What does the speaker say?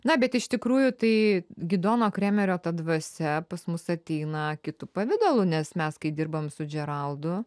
na bet iš tikrųjų tai gidono kremerio ta dvasia pas mus ateina kitu pavidalu nes mes kai dirbam su džeraldu